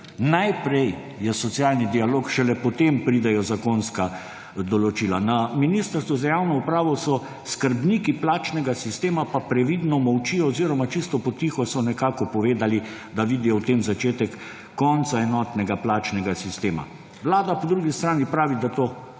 Najprej je socialni dialog, šele potem pridejo zakonska določila. Na Ministrstvu za javno upravo so skrbniki plačnega sistema pa previdno molčijo oziroma čisto po tiho so nekako povedali, da vidijo v tem začetek konca enotnega plačnega sistema. Vlada po drugi strani pravi, da to